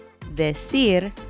decir